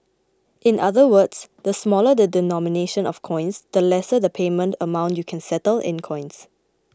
in other words the smaller the denomination of coins the lesser the payment amount you can settle in coins